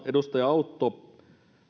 edustaja autto